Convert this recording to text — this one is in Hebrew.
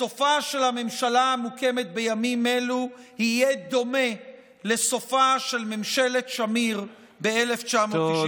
סופה של הממשלה המוקמת בימים אלו יהיה דומה לסופה של ממשלת שמיר ב-1992.